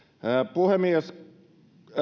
puhemies